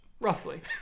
roughly